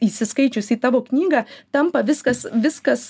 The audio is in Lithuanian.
įsiskaičius į tavo knygą tampa viskas viskas